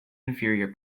inferior